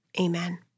Amen